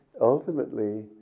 ultimately